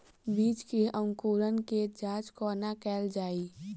बीज केँ अंकुरण केँ जाँच कोना केल जाइ?